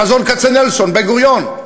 בחזון כצנלסון, בן-גוריון,